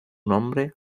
nombre